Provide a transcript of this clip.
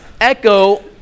echo